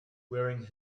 wearing